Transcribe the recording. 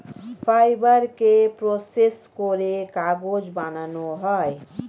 ফাইবারকে প্রসেস করে কাগজ বানানো হয়